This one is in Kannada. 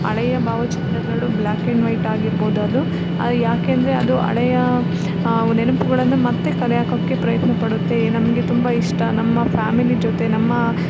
ಹಳೆಯ ಭಾವಚಿತ್ರಗಳು ಬ್ಲ್ಯಾಕ್ ಆ್ಯಂಡ್ ವೈಟ್ ಆಗಿರ್ಬೋದದು ಯಾಕೆಂದರೆ ಅದು ಹಳೆಯ ನೆನಪುಗಳನ್ನು ಮತ್ತೆ ಕಲೆ ಹಾಕೋಕ್ಕೆ ಪ್ರಯತ್ನಪಡುತ್ತೆ ನಮಗೆ ತುಂಬ ಇಷ್ಟ ನಮ್ಮ ಫ್ಯಾಮಿಲಿ ಜೊತೆ ನಮ್ಮ